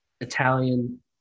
Italian